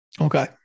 okay